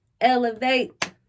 elevate